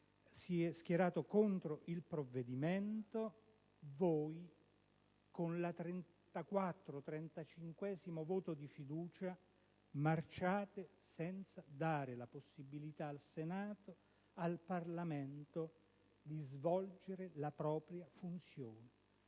si è schierato contro il provvedimento, voi con il trentaquattresimo-trentacinquesimo voto di fiducia marciate senza dare la possibilità al Senato, al Parlamento, di svolgere la propria funzione.